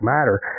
Matter